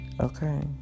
Okay